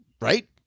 right